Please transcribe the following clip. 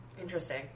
Interesting